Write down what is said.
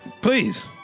Please